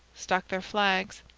struck their flags.